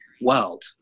world